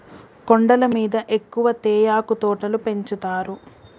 కొండల మీద ఎక్కువ తేయాకు తోటలు పెంచుతారు